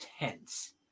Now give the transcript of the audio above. intense